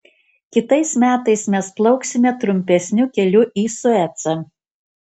kitais metais mes plauksime trumpesniu keliu per suecą